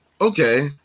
Okay